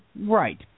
right